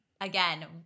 again